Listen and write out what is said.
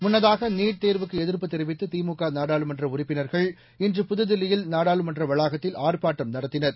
முன்னதாக நீட் தேங்வுக்கு எதிர்ப்பு தெரிவித்து திமுக நாடாளுமன்ற உறுப்பினா்கள் இன்று புதுதில்லியில் நாடாளுமன்ற வளாகத்தில் ஆர்ப்பாட்டம் நடத்தினர்